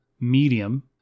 medium